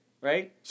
right